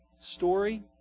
story